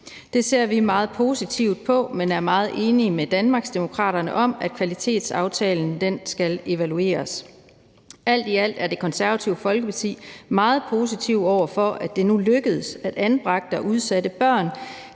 Det ser vi meget positivt på, men vi er meget enige med Danmarksdemokraterne i, at kvalitetsaftalen skal evalueres. Alt i alt er Det Konservative Folkeparti meget positive over for, at det nu er lykkedes, at anbragte og udsatte børn